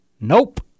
Nope